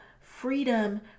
freedom